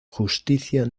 justicia